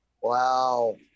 Wow